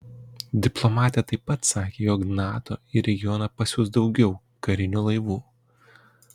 diplomatė taip pat sakė jog nato į regioną pasiųs daugiau karinių laivų